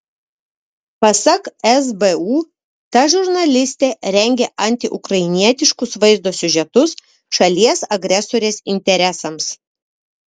pasak sbu ta žurnalistė rengė antiukrainietiškus vaizdo siužetus šalies agresorės interesams